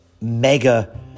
mega